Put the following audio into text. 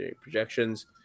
projections